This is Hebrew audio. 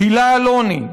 הילה אלוני,